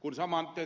kun